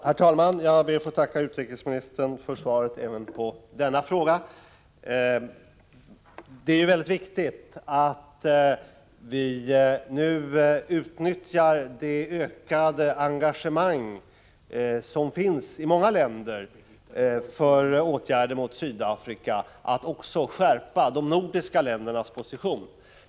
Herr talman! Jag ber att få tacka utrikesministern även för svaret på denna fråga. Det är mycket viktigt att vi nu utnyttjar det ökade engagemang som finns i många länder för åtgärder mot Sydafrika att också skärpa de nordiska ländernas position.